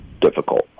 difficult